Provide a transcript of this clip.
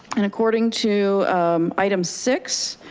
and according to item six,